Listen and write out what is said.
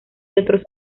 otros